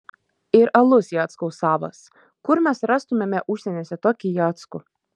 ir alus jackaus savas kur mes rastumėme užsieniuose tokį jackų